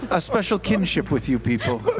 a special kinship with you people.